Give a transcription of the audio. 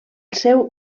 seu